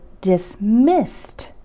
dismissed